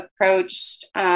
approached